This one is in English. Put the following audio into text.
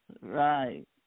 Right